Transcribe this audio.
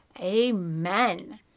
Amen